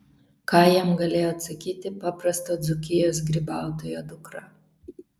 ką jam galėjo atsakyti paprasto dzūkijos grybautojo dukra